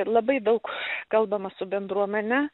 labai daug kalbama su bendruomene